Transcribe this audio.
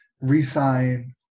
re-sign